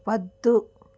వద్దు